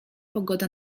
pogoda